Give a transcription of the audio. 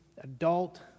adult